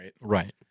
right